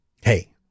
Hey